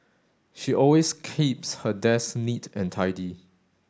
she always keeps her desk neat and tidy